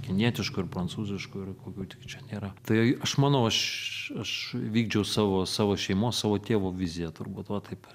kinietiškų ir prancūziškų ir kokių tik čia nėra tai aš manau aš aš vykdžiau savo savo šeimos savo tėvo viziją turbūt va taip